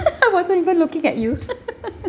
I wasn't even looking at you